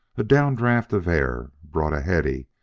a down-draft of air brought a heady,